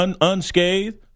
unscathed